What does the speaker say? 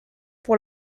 pour